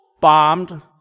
bombed